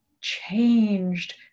changed